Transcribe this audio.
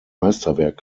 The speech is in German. meisterwerk